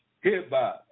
Hereby